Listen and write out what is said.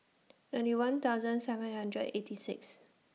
ninety one thousand seven hundred eighty six